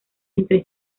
entre